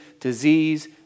disease